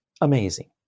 Amazing